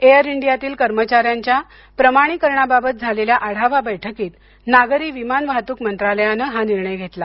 air इंडियातील कर्मचाऱ्यांच्या प्रमाणिकरणाबाबत काल झालेल्या आढावा बैठकीत नागरी विमान वाहतूक मंत्रालयाने हा निर्णय घेतला